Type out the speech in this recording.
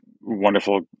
wonderful